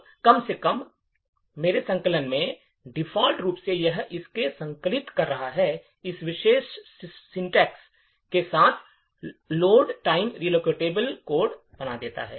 अब कम से कम मेरे संकलक में डिफ़ॉल्ट रूप से यह इसे संकलित कर रहा है इस विशेष सिंटैक्स के साथ लोड टाइम रिलोकेबल कोड बना देगा